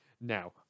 Now